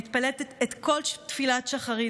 מתפללת את כל תפילת שחרית,